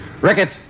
Ricketts